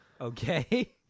Okay